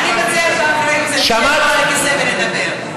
אני מציעה שאחרי כן נשב פה על הכיסא ונדבר.